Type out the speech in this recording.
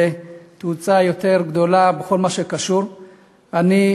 לתאוצה יותר גדולה בכל מה שקשור לנושא.